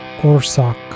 Orsak